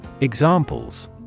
Examples